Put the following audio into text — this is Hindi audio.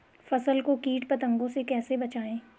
फसल को कीट पतंगों से कैसे बचाएं?